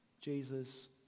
Jesus